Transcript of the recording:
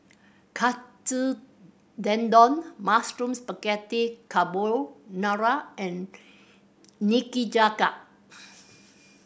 Katsu Tendon Mushroom Spaghetti Carbonara and Nikujaga